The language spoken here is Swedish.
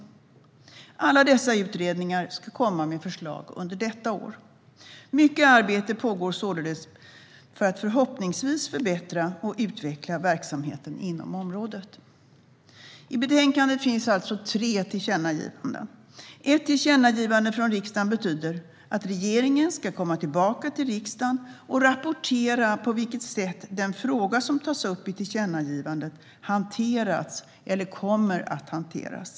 Alla dessa utredningar ska komma med förslag under detta år. Mycket arbete pågår således för att förhoppningsvis förbättra och utveckla verksamheter inom området. I betänkandet föreslås alltså tre tillkännagivanden. Ett tillkännagivande från riksdagen betyder att regeringen ska komma tillbaka till riksdagen och rapportera på vilket sätt den fråga som tas upp i tillkännagivandet har hanterats eller kommer att hanteras.